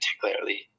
particularly